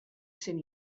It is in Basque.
zen